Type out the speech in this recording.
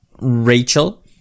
Rachel